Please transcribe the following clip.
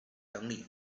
整理